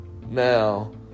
Now